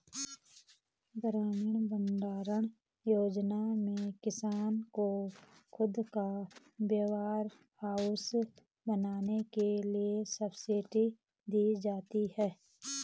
ग्रामीण भण्डारण योजना में किसान को खुद का वेयरहाउस बनाने के लिए सब्सिडी दी जाती है